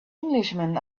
englishman